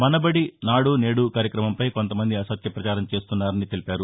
మనబడి నాదు నేదు కార్యక్రమంపై కొంతమంది అసత్య పచారం చేస్తున్నారని తెలిపారు